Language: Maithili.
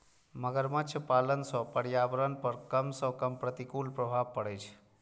मगरमच्छ पालन सं पर्यावरण पर कम सं कम प्रतिकूल प्रभाव पड़ै छै